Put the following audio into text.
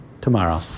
tomorrow